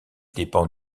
dépend